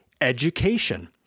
education